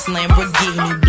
Lamborghini